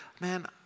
man